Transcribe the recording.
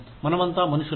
మనమంతా మనుషులం